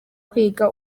kwiga